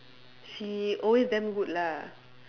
she always damn good lah